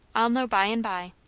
i'll know by and by